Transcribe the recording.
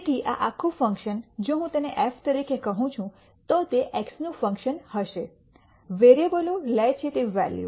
તેથી આ આખું ફંક્શન જો હું તેને f તરીકે કહું છું તો તે એક્સનું ફંકશન હશે વેરીએબલો લે છે તે વેલ્યુ